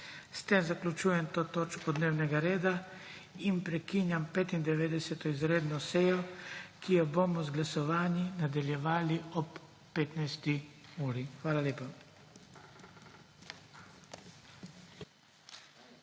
S tem zaključujem to točko dnevnega reda in prekinjam 95 izredno sejo, ki jo bomo z glasovanji nadaljevali ob 15. uri. Hvala lepa.